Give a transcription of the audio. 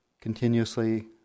continuously